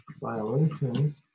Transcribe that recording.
violations